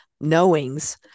knowings